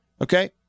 Okay